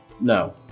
No